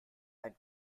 ein